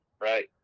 right